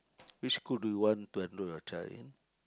which school do you want to enroll your child in